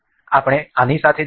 આપણે આની સાથે જઈશું